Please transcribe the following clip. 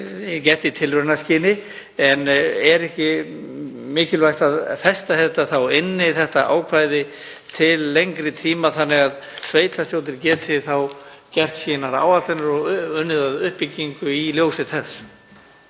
gert í tilraunaskyni en er ekki mikilvægt að festa þetta ákvæði til lengri tíma þannig að sveitarstjórnir geti gert sínar áætlanir og unnið að uppbyggingu í ljósi þess?